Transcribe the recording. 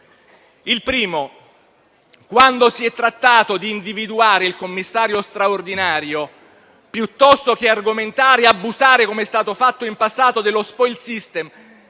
elemento è che, quando si è trattato di individuare il Commissario straordinario, piuttosto che argomentare e abusare, come è stato fatto in passato, dello *spoils system*,